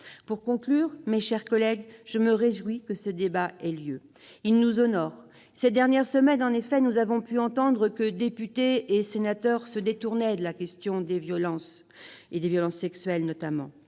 Pour conclure, mes chers collègues, je me réjouis que ce débat ait lieu. Il nous honore. Ces dernières semaines, en effet, nous avons pu entendre dire que députés et sénateurs se désintéressaient de la question des violences sexuelles. Il n'en